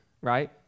right